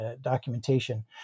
documentation